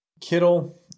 Kittle